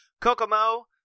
Kokomo